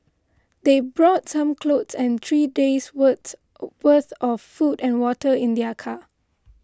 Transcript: they brought some clothes and three days' words worth of food and water in their car